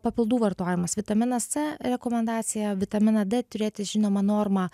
papildų vartojimas vitaminas c rekomendacija vitaminą d turėti žinoma normą